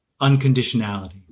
unconditionality